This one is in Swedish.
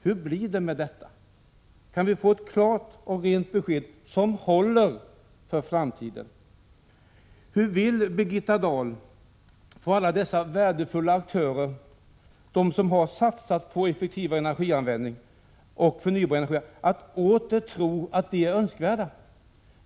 Hur blir det med detta? Kan vi få ett klart och entydigt besked som håller för framtiden? Hur vill Birgitta Dahl få alla dessa värdefulla aktörer som satsat på effektivare energianvändning och förnybar energi att åter tro att de är önskvärda?